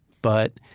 but